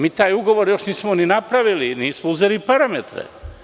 Mi taj ugovor još nismo ni napravili, nismo uzeli parametre.